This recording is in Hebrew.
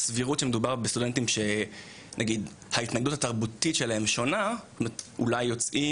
הסבירות שמדובר בכאלו שההתנהגות התרבותית שלהם שונה כמו יוצאים